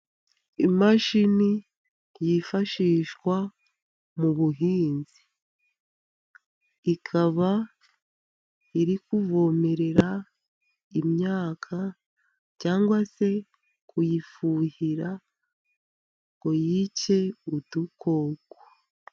Imashini yifashishwa mu buhinzi, ikaba iri kuvomerera imyaka, cyangwa se kuyifuhira ngo yice udukoko.